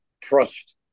trust